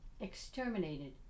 exterminated